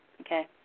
Okay